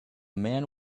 man